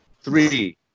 three